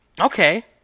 Okay